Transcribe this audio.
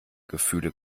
gefühle